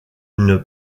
une